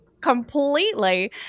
completely